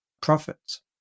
profits